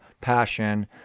passion